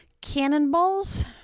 cannonballs